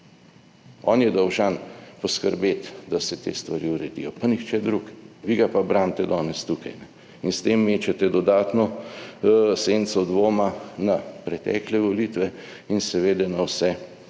On je dolžan poskrbeti, da se te stvari uredijo pa nihče drug, vi ga pa branite danes tukaj in s tem mečete dodatno senco dvoma na pretekle volitve in seveda na vse,